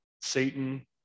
Satan